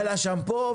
השמפו,